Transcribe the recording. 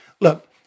Look